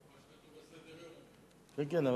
אתה לא